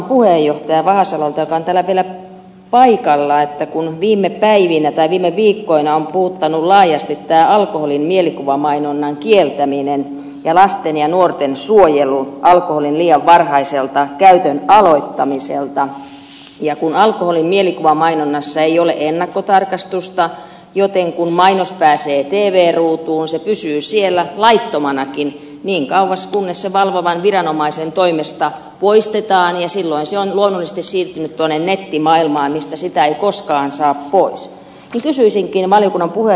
vahasalolta joka on täällä vielä paikalla kun viime päivinä ja viime viikkoina on puhuttanut laajasti tämä alkoholin mielikuvamainonnan kieltäminen ja lasten ja nuorten suojelu alkoholin liian varhaiselta käytön aloittamiselta ja kun alkoholin mielikuvamainonnassa ei ole ennakkotarkastusta joten kun mainos pääsee tv ruutuun se pysyy siellä laittomanakin niin kauan kunnes se valvovan viranomaisen toimesta poistetaan ja silloin se on luonnollisesti siirtynyt tuonne nettimaailmaan mistä sitä ei koskaan saa pois